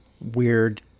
Weird